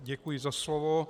Děkuji za slovo.